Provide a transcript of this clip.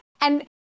And-